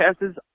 passes